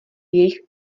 jejich